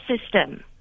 system